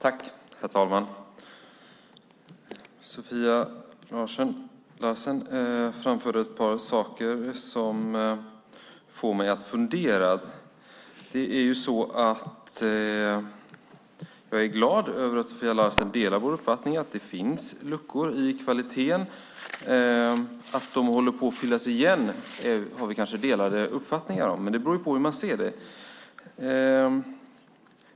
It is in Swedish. Herr talman! Sofia Larsen framförde ett par saker som får mig att fundera. Jag är glad att Sofia Larsen delar vår uppfattning att det finns luckor i kvaliteten. Att de håller på att fyllas igen har vi kanske delade uppfattningar om. Det beror på hur man ser det.